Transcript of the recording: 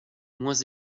moins